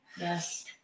Yes